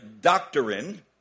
doctrine